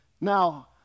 Now